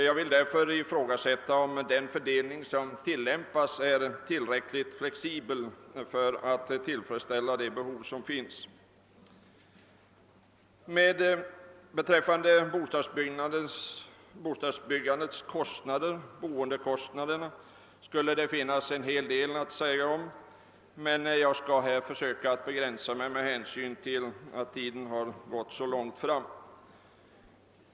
Jag vill därför ifrågasätta, om den tillämpade fördelningen är tillräckligt flexibel för att tillfredsställa de föreliggande behoven. Beträffande boendekostnaderna skulle en hel del kunna sägas, men jag skall försöka begränsa mig med hänsyn till att tiden är långt framskriden.